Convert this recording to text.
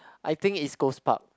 I think East-Coast-Park